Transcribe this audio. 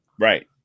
Right